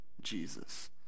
Jesus